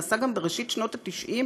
נעשה גם בראשית שנות ה-90,